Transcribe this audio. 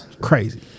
crazy